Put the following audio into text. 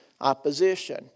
opposition